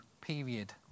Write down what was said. period